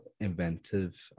inventive